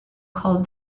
called